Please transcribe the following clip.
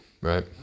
Right